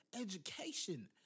education